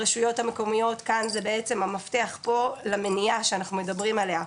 הרשויות המקומיות כאן זה בעצם המפתח פה למניעה שאנחנו מדברים עליה.